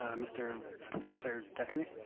um mr professor decherney?